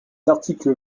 articles